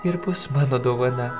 ir bus mano dovana